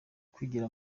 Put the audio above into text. kwigira